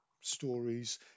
stories